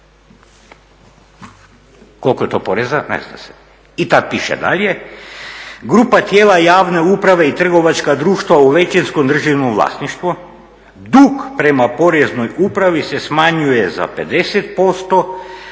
Koliko je to poreza, ne zna se. I tad piše dalje, grupa tijela javne uprave i trgovačka društva u većinskom državnom vlasništvu, dug prema poreznoj upravi se smanjuje za 50%